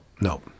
no